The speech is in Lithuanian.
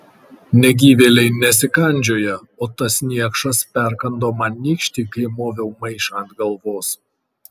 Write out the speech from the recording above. negyvėliai nesikandžioja o tas niekšas perkando man nykštį kai moviau maišą ant galvos